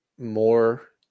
More